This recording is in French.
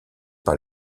par